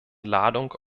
ladung